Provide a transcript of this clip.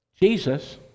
Jesus